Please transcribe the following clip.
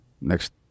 Next